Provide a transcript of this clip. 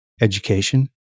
education